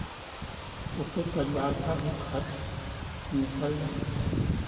उससे परिवार का भी खर्च निकल जाए